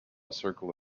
circle